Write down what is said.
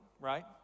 Right